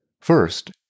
First